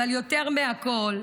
אבל יותר מכול,